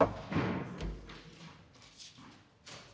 Tak,